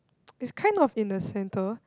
it's kind of in the center